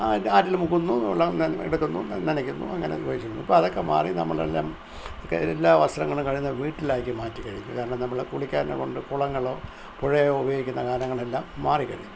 ആറ്റിൽ മുക്കുന്നു വെള്ളം ന എടുക്കുന്നു നനക്കുന്നു അങ്ങനെ ഉപയോഗിക്കുന്നു ഇപ്പം ഇതൊക്കെ മാറി നമ്മളെല്ലാം ഒക്കെ എല്ലാ വസ്ത്രങ്ങളും കഴുകുന്നത് വീട്ടിലാക്കി മാറ്റിക്കഴിഞ്ഞു കാരണം നമ്മള് കുളിക്കാനൊ കൊണ്ട് കൊളങ്ങയൊ പുഴയൊ ഉപയോഗിക്കുന്ന കാലങ്ങളെല്ലാം മാറിക്കഴിഞ്ഞു